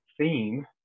theme